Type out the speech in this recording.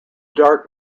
dark